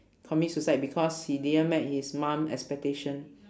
commit suicide because he didn't met his mum expectation